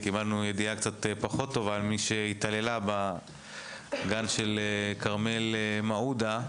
קיבלנו ידיעה קצת פחות טובה על מי שהתעללה בגן של כרמל מעודה,